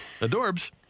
Adorbs